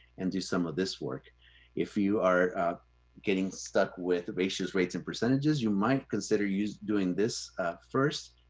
and do some of this work if you are getting stuck with ratios, rates and percentages, you might consider us doing this first.